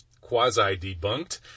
quasi-debunked